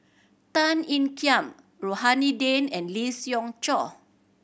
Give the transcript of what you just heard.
Tan Ean Kiam Rohani Din and Lee Siew Choh